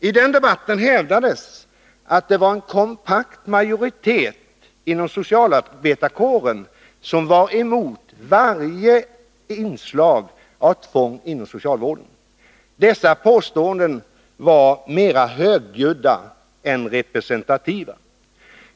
I den debatten hävdades att en kompakt majoritet inom socialarbetarkåren var emot varje slag av tvång inom socialvården. Dessa påståenden var mera högljudda än representativa.